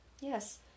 Yes